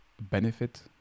benefit